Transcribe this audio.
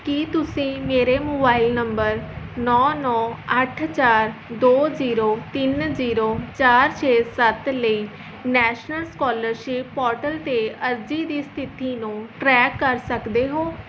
ਕੀ ਤੁਸੀਂ ਮੇਰੇ mobile number ਨੌ ਨੌ ਅੱਠ ਚਾਰ ਦੋ ਜ਼ੀਰੋ ਤਿੰਨ ਜੀਰੋ ਚਾਰ ਛੇ ਸੱਤ ਲਈ ਨੈਸ਼ਨਲ ਸਕੋਲਰਸ਼ਿਪ ਪੋਰਟਲ 'ਤੇ ਅਰਜੀ ਦੀ ਸਥਿਤੀ ਨੂੰ ਟਰੈਕ ਕਰ ਸਕਦੇ ਹੋ